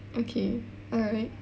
okay alright